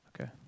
Okay